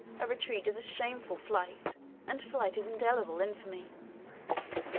a retreat is a shameful flight and flight is indelible infamy.